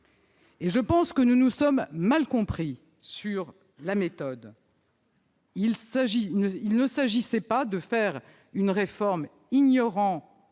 ... Je pense que nous nous sommes mal compris sur la méthode : il ne s'agissait pas de faire une réforme ignorant